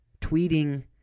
Tweeting